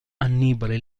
annibale